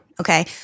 okay